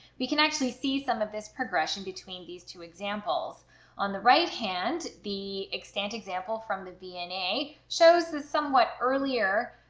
we can actually see some of this progression between these two examples on the right hand the extant example from the v and a a shows the somewhat earlier